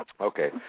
Okay